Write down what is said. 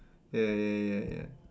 ya ya ya ya